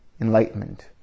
enlightenment